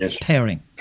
pairing